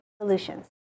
solutions